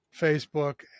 Facebook